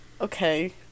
Okay